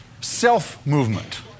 self-movement